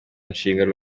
nshinga